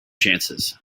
chances